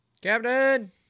Captain